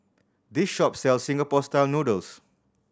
this shop sells Singapore Style Noodles